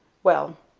well,